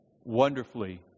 wonderfully